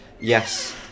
yes